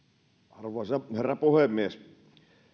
arvoisa herra puhemies